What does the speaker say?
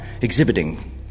exhibiting